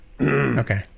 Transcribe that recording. okay